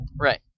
Right